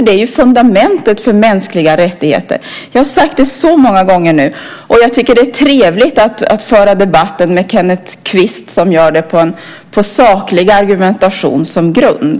Det är fundamentet för mänskliga rättigheter. Jag har sagt det så många gånger nu. Det är trevligt att föra debatten med Kenneth Kvist som gör det med saklig argumentation som grund.